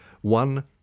one